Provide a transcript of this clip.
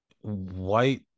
white